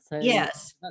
Yes